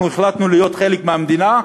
אנחנו החלטנו להיות חלק מהמדינה,